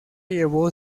llevó